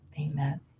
Amen